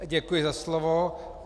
Děkuji za slovo.